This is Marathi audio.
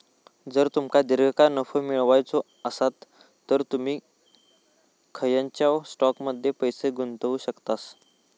जर तुमका दीर्घकाळ नफो मिळवायचो आसात तर तुम्ही खंयच्याव स्टॉकमध्ये पैसे गुंतवू शकतास